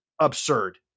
absurd